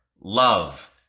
Love